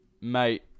mate